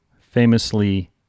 famously